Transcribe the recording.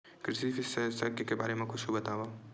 कृषि विशेषज्ञ के बारे मा कुछु बतावव?